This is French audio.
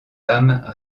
âmes